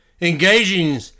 Engaging